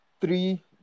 Three